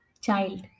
Child